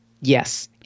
Yes